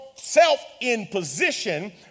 Self-in-position